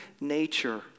nature